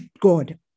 God